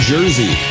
Jersey